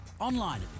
online